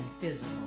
physical